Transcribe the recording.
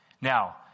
Now